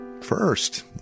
First